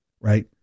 right